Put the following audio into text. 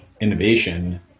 innovation